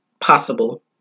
possible